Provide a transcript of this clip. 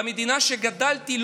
במדינה שגדלתי,